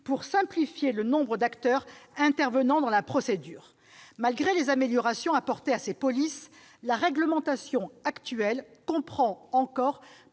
pour simplifier le nombre d'acteurs intervenant dans la procédure. Malgré les améliorations apportées à ces polices, la réglementation actuelle comprend encore